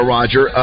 Roger